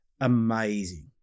amazing